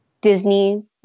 Disney